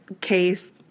Case